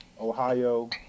Ohio